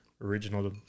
original